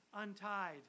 untied